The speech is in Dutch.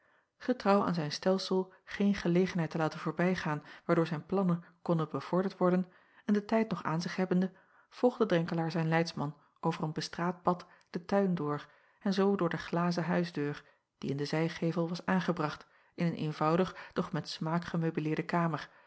etrouw aan zijn stelsel geen gelegenheid te laten voorbijgaan waardoor zijn plannen konnen bevorderd worden en den tijd nog aan zich hebbende volgde renkelaer zijn leidsman over een bestraat pad den tuin door en zoo door de glazen huisdeur die in den zijgevel was aangebracht in een eenvoudig doch met smaak gemeubileerde kamer